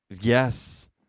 Yes